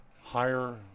Higher